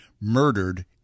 murdered